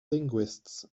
linguists